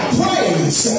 praise